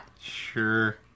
Sure